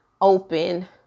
open